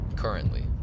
currently